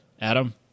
Adam